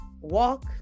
walk